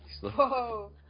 Whoa